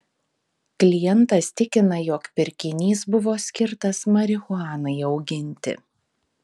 klientas tikina jog pirkinys buvo skirtas marihuanai auginti